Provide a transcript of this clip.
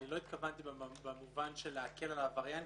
לא התכוונתי במובן של הקלה על העבריין,